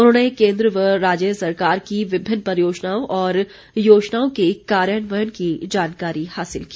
उन्होंने केन्द्र व राज्य सरकार की विभिन्न परियोजनाओं और योजनाओं के कार्यान्वयन की जानकारी हासिल की